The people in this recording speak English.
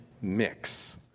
mix